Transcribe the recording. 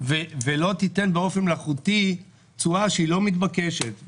ולא תיתן באופן מלאכותי תשואה שהיא לא מתבקשת,